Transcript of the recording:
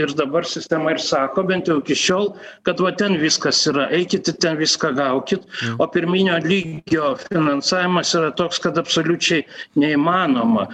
ir dabar sistema ir sako bent jau iki šiol kad va ten viskas yra eikit ir ten viską gaukit o pirminio lygio finansavimas yra toks kad absoliučiai neįmanoma